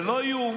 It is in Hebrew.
זה לא יאומן.